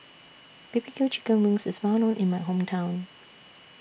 B B Q Chicken Wings IS Well known in My Hometown